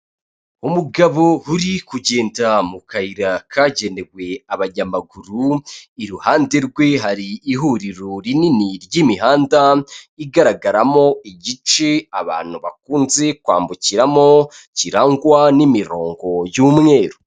Umugabo uri kugendera mu kayira kagenewe abanyamaguru iruhande rwe hari ihuriro rinini ry'imihanda igaragaramo igice abantu bakunze kwambukiramo kirangwa n'imirongo y'umweru.